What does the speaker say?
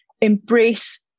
embrace